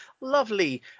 lovely